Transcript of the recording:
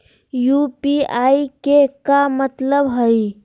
UPI के का मतलब हई?